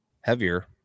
heavier